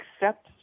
accept